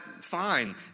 fine